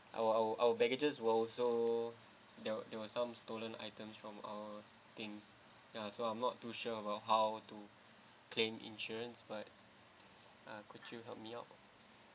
our our our packages were also there were there were some stolen items from our things ya so I'm not too sure about how to claim insurance but ah could you help me out